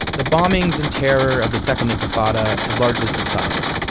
the bombings and terror of the second intifada had largely subsided.